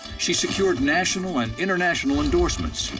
she secured national and international endorsements.